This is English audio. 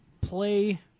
Play